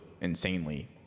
insanely